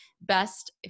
best